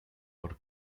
por